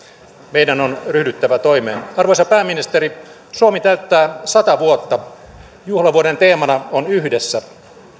meidän on ryhdyttävä toimeen arvoisa pääministeri suomi täyttää sata vuotta juhlavuoden teemana on yhdessä